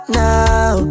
now